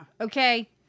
Okay